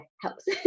helps